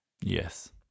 Yes